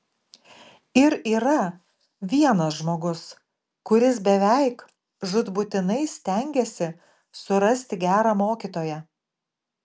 ir yra vienas žmogus kuris beveik žūtbūtinai stengiasi surasti gerą mokytoją